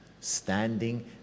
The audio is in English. standing